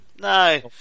No